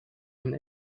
and